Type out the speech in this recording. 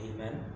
Amen